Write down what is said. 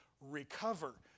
recover